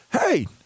hey